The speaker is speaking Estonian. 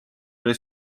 oli